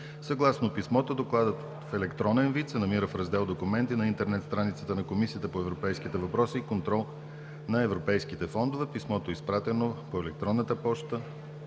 Съгласно писмото Докладът в електронен вид се намира в Раздел „Документи“ на интернет страницата на Комисията по европейските въпроси и контрол над европейските фондове. Писмото е изпратено по електронната поща